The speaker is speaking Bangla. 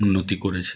উন্নতি করেছে